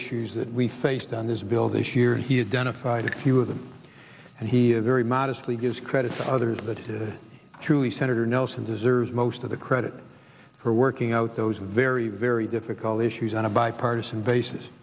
issues that we faced on this bill this year he had done a fight a few of them and he very modestly gives credit to others that truly senator nelson deserves most of the credit for working out those very very difficult issues on a bipartisan basis